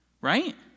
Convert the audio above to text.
right